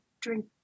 drink